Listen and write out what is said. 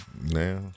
now